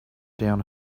down